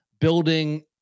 building